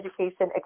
education